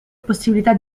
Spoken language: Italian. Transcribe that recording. possibilità